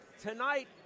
Tonight